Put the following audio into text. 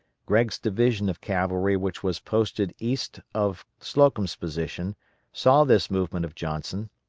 gregg's division of cavalry which was posted east of slocum's position saw this movement of johnson.